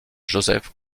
joseph